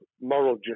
moral